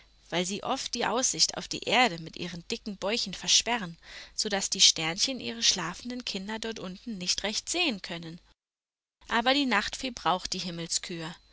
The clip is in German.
weil sie oft die aussicht auf die erde mit ihren dicken bäuchen versperren so daß die sternchen ihre schlafenden kinder dort unten nicht recht sehen können aber die nachtfee braucht die